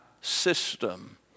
system